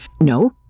No